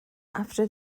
after